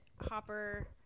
Hopper